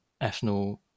ethno